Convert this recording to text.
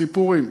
סיפורים.